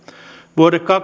vuoden